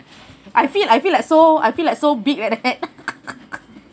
I feel I feel like so I feel like so big like that